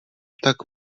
tak